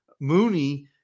Mooney –